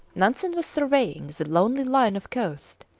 nansen was surveying the lonely line of coast,